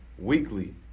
weekly